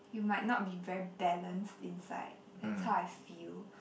you might not be very balanced inside that's how I feel